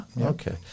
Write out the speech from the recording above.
okay